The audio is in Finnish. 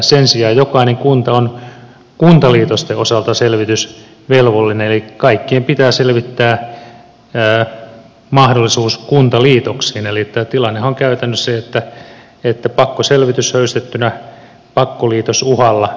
sen sijaan jokainen kunta on kuntaliitosten osalta selvitysvelvollinen eli kaikkien pitää selvittää mahdollisuus kuntaliitoksiin eli tämä tilannehan on käytännössä pakkoselvitys höystettynä pakkoliitosuhalla